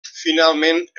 finalment